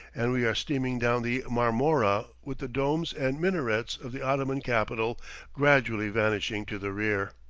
and we are steaming down the marmora with the domes and minarets of the ottoman capital gradually vanishing to the rear.